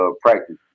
practice